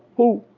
hu.